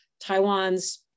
Taiwan's